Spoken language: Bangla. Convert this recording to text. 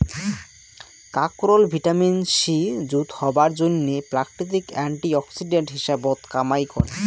কাকরোল ভিটামিন সি যুত হবার জইন্যে প্রাকৃতিক অ্যান্টি অক্সিডেন্ট হিসাবত কামাই করে